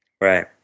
Right